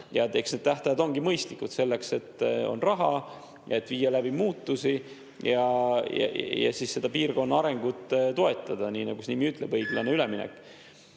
Ja eks need tähtajad ongi mõistlikud selleks, et on raha, et viia läbi muudatusi ja piirkonna arengut toetada, nii nagu see nimi ütleb: õiglane üleminek.